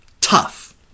Tough